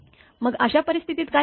मग अशा परिस्थितीत काय होईल